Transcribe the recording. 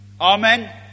Amen